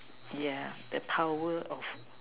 yeah that power of